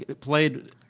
played